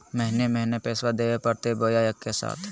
महीने महीने पैसा देवे परते बोया एके साथ?